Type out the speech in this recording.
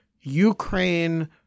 Ukraine